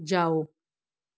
ਜਾਓ